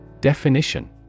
Definition